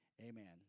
Amen